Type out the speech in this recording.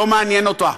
לא מעניין אותה,